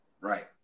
Right